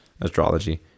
astrology